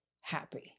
happy